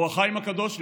אור החיים הקדוש,